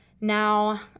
Now